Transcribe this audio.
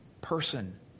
person